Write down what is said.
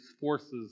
forces